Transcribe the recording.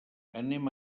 anem